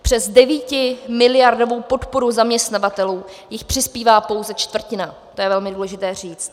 Přes devítimiliardovou podporu zaměstnavatelů jich přispívá pouze čtvrtina, to je velmi důležité říct.